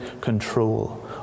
control